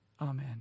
Amen